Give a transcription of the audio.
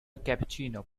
cappuccino